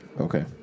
Okay